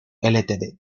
ltd